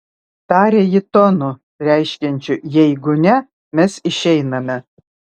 tarė ji tonu reiškiančiu jeigu ne mes išeiname